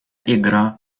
игра